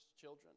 children